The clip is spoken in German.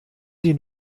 sie